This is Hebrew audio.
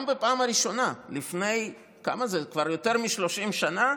גם בפעם הראשונה, לפני כבר יותר מ-30 שנה,